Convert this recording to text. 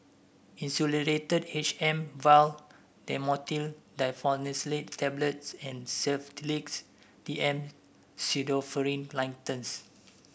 Insulatard H M vial Dhamotil Diphenoxylate Tablets and Sedilix D M Pseudoephrine Linctus